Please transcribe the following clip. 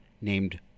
named